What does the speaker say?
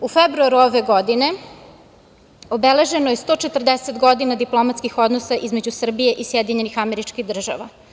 U februaru ove godine obeleženo je 140 godina diplomatskih odnosa između Srbije i SAD.